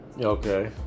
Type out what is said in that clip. okay